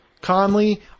Conley